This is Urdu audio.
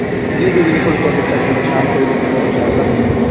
جی جی بالکل کوئی دقت نہیں میں شام کو ہی نکلوں گا انشاء اللہ